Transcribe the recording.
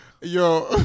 Yo